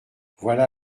voilà